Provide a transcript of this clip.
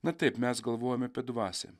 na taip mes galvojom apie dvasią